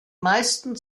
meisten